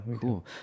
Cool